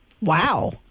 Wow